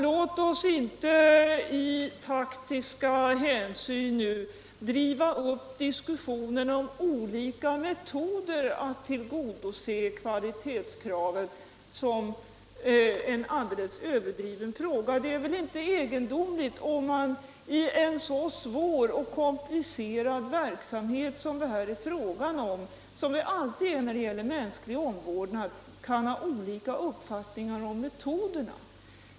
Låt oss inte av taktiska hänsyn på ett alldeles överdrivet sätt driva upp diskussionen om olika metoder att tillgodose kvalitetskravet! Det är väl inte egendomligt om man i en så svår och komplicerad verksamhet som det här är fråga om — som alltid när det gäller mänsklig omvårdnad — kan ha olika uppfattningar om metoderna.